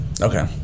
Okay